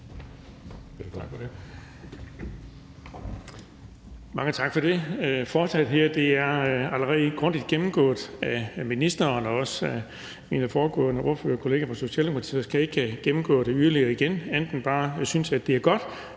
Mange tak for det. Forslaget her er allerede grundigt gennemgået af ministeren og også af min ordførerkollega fra Socialdemokratiet, så jeg skal ikke gennemgå det yderligere igen andet end bare at sige, at